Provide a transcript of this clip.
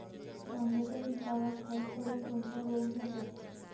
वांग्याच्या पिकावर खासकरुन कोनचा रोग जाते?